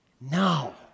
now